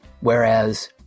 Whereas